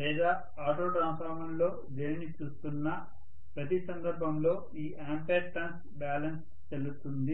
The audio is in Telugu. లేదా ఆటో ట్రాన్స్ఫార్మర్లలో దేనిని చూస్తున్నా ప్రతి సందర్భంలో ఈ ఆంపియర్ టర్న్ బ్యాలెన్స్ చెల్లుతుంది